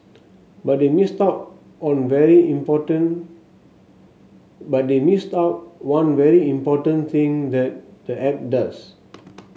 but they missed out on very important but they missed out one very important thing that the app does